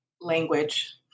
language